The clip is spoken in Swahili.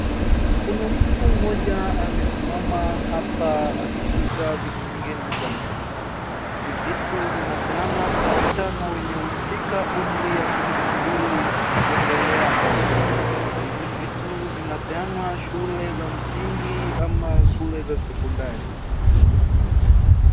Kuna mtu mmoj amesimama hapa akishika vitu zingine kwa meza. Hizi vitu zinapeanwa kwa wasichana wenye wamefika umri ya kumi na mbili kuendela mbele. Hizi vitu zinapeanwa shule za msingi ama shule za sekondari.